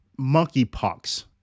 monkeypox